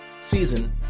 season